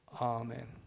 Amen